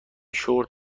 شورت